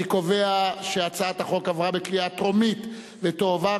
אני קובע שהצעת החוק עברה בקריאה טרומית ותועבר,